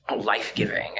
life-giving